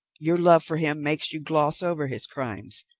your love for him makes you gloss over his crimes,